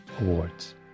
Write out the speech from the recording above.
awards